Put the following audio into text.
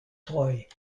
toy